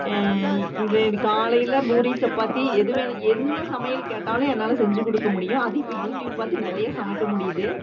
இது காலையில் பூரி சப்பாத்தி எது வேணும் என்ன சமையல் கேட்டாலும் என்னால் செஞ்சு கொடுக்க முடியும் அதுவும் இப்போ யூடியூப் பார்த்து நிறைய சமைக்க முடியிது